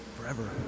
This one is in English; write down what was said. forever